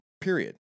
period